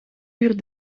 uur